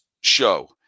show